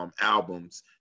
albums